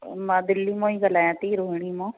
मां दिल्ली मां ई ॻाल्हायां थी रोहिणी मां